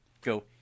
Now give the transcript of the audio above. go